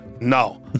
No